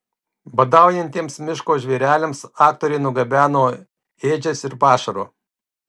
badaujantiems miško žvėreliams aktoriai nugabeno ėdžias ir pašaro